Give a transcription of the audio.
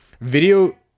Video